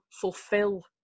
fulfill